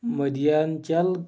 Madhyanchal